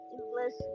English